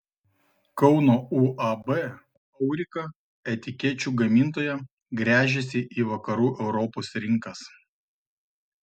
kauno uab aurika etikečių gamintoja gręžiasi į vakarų europos rinkas